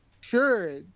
sure